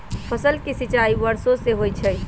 फसल के सिंचाई वर्षो से होई छई